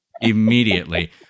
immediately